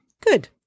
Good